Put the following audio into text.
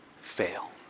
fail